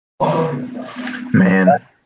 Man